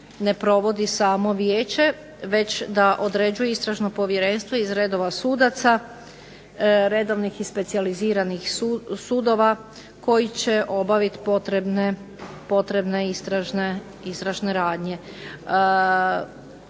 ne provodi samo vijeće već da određuje Istražno povjerenstvo iz redova sudaca, redovnih i specijaliziranih sudova koji će obaviti potrebne istražne radnje.